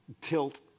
tilt